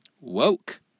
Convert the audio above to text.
woke